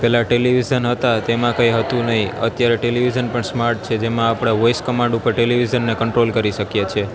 પહેલા ટેલિવિઝન હતા એમાં કંઈ હતું નહીં અત્યારે ટેલિવિઝન પણ સ્માર્ટ છે જેમાં આપણા વોઈસ કમાન્ડ ઉપર ટેલિવિઝનને કંટ્રોલ કરી શકીએ છે